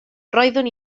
roeddwn